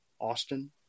Austin